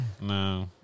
No